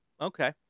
Okay